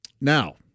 Now